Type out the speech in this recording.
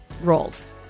roles